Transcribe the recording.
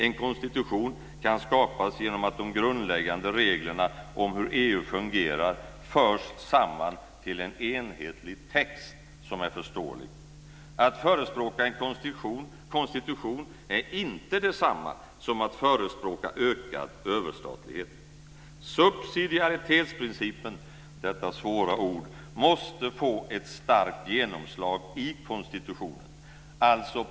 En konstitution kan skapas genom att de grundläggande reglerna om hur EU fungerar förs samman till en enhetlig text som är förståelig. Att förespråka en konstitution är inte detsamma som att förespråka ökad överstatlighet. Subsidiaritetsprincipen - detta svåra ord - måste få ett starkt genomslag i konstitutionen.